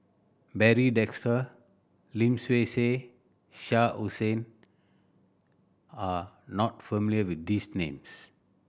Barry Desker Lim Swee Say Shah Hussain are not familiar with these names